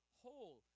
whole